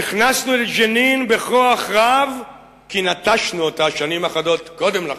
נכנסנו לג'נין בכוח רב כי נטשנו אותה שנים אחדות קודם לכן,